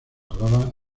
hablaba